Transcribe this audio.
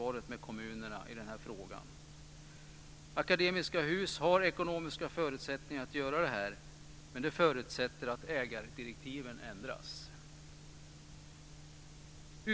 Akademiska Hus har ekonomiska förutsättningar att göra det här, men det förutsätter att ägardirektiven ändras.